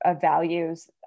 values